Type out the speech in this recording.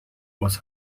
was